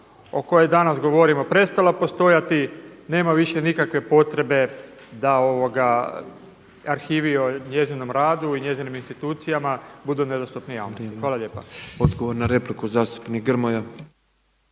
o kojoj danas govorimo prestala postojati, nema više nikakve potrebe da o arhivi i njezinom radu i njezinim institucijama budu nedostupni javnosti.